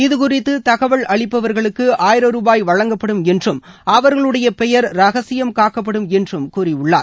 இதுகுறித்து தகவல் அளிப்பவர்களுக்கு ஆயிரம் ரூபாய் வழங்கப்படும் என்றும் அவர்களுடைய பெயர் ரகசியம் காக்கப்படும் என்றும் கூறியுள்ளார்